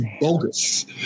bogus